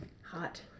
Hot